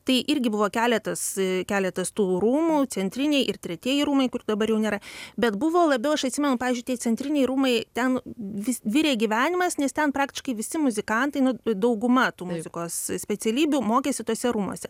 tai irgi buvo keletas keletas tų rūmų centriniai ir tretieji rūmai kurių dabar jau nėra bet buvo labiau aš atsimenu pavyzdžiui tie centriniai rūmai ten vis virė gyvenimas nes ten praktiškai visi muzikantai na dauguma tų muzikos specialybių mokėsi tuose rūmuose